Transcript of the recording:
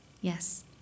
Yes